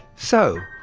so,